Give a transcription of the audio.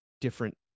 different